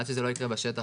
עד שזה לא יקרה בשטח,